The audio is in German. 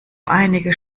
einige